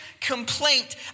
complaint